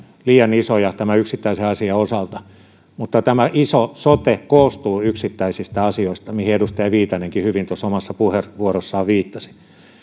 liian isoja tämän yksittäisen asian osalta mutta tämä iso sote koostuu yksittäisistä asioista mihin edustaja viitanenkin hyvin omassa puheenvuorossaan viittasi